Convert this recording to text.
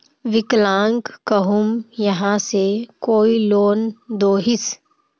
विकलांग कहुम यहाँ से कोई लोन दोहिस?